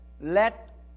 Let